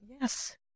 Yes